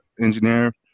engineer